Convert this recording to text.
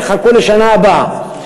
תחכו לשנה הבאה.